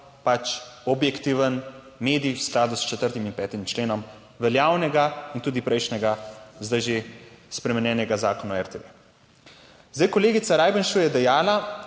pač objektiven medij v skladu s 4. in 5. členom veljavnega in tudi prejšnjega, zdaj že spremenjenega Zakona o RTV. Zdaj, kolegica Rajbenšu je dejala,